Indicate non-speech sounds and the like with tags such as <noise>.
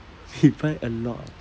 <laughs> you buy a lot